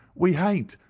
we hain't,